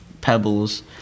pebbles